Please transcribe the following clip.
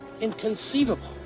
Inconceivable